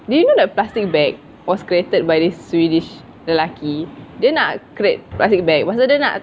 did you know that plastic bag was created by the swedish lelaki dia nak create plastic bag pastu dia nak